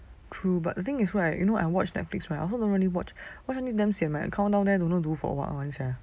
true but the thing is right you know I watch netflix right I also don't really watch I watch until damn sian eh my account down there don't know do for what [one] sia